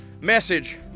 message